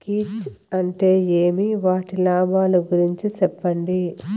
కీచ్ అంటే ఏమి? వాటి లాభాలు గురించి సెప్పండి?